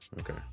okay